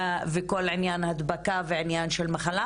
עניין ההדבקה והמחלה,